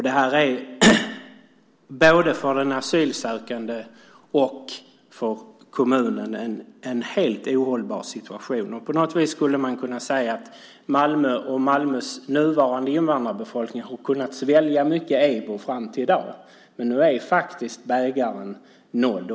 Det är både för den asylsökande och för kommunen en helt ohållbar situation. Man skulle kunna säga att Malmö och Malmös nuvarande invandrarbefolkning har kunnat välja mycket EBO fram till i dag, men nu är faktiskt bägaren fylld.